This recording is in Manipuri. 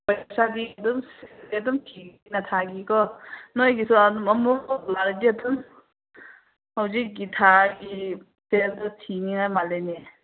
ꯄꯩꯁꯥꯗꯤ ꯑꯗꯨꯝ ꯐꯖꯅ ꯊꯤꯒꯦ ꯊꯥꯒꯤꯀꯣ ꯅꯣꯏꯒꯤꯁꯨ ꯑꯃꯨꯛ ꯃꯨꯛ ꯍꯧꯖꯤꯛꯀꯤ ꯊꯥꯒꯤ ꯊꯤꯅꯤꯉꯥꯏ ꯃꯥꯜꯂꯦꯅꯦ